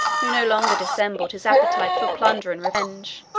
who no longer dissembled his appetite for plunder and revenge,